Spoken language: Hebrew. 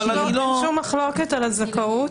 אין מחלוקת על הזכאות.